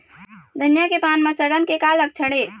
धनिया के पान म सड़न के का लक्षण ये?